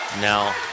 Now